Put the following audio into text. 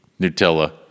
Nutella